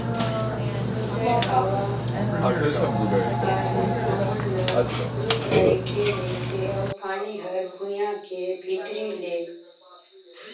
सुदय हवा हर हमन ल रूख राई के मिलथे अउ पानी हर भुइयां के भीतरी ले